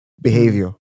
behavior